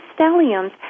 stelliums